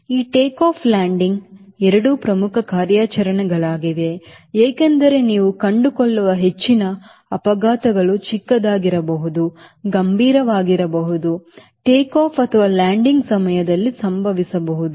ಈ take off landing ಎರಡು ಪ್ರಮುಖ ಕಾರ್ಯಾಚರಣೆಗಳಾಗಿವೆ ಏಕೆಂದರೆ ನೀವು ಕಂಡುಕೊಳ್ಳುವ ಹೆಚ್ಚಿನ ಅಪಘಾತಗಳು ಚಿಕ್ಕದಾಗಿರಬಹುದು ಗಂಭೀರವಾಗಿರಬಹುದು ಟೇಕ್ ಆಫ್ ಅಥವಾ ಲ್ಯಾಂಡಿಂಗ್ ಸಮಯದಲ್ಲಿ ಸಂಭವಿಸಬಹುದು